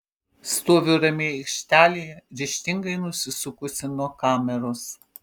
stoviu ramiai aikštelėje ryžtingai nusisukusi nuo kameros